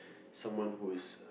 someone who is